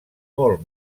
molt